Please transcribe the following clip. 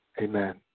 Amen